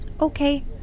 okay